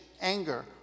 anger